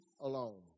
alone